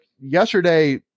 yesterday